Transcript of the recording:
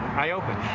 i opened.